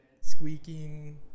squeaking